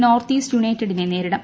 north east യുണൈറ്റഡിനെ നേരിടും